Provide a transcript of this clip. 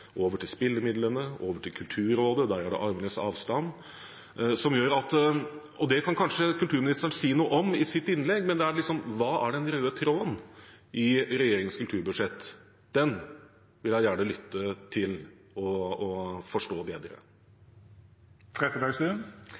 over til spillemidlene, over til Kulturrådet – der er det armlengdes avstand. Det kan kanskje kulturministeren si noe om i sitt innlegg. Hva er den røde tråden i regjeringens kulturbudsjett? Det vil jeg gjerne lytte til og forstå